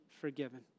forgiven